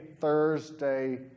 Thursday